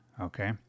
okay